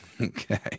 Okay